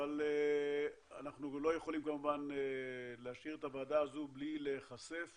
אבל אנחנו לא יכולים כמובן להשאיר את הוועדה הזו בלי להיחשף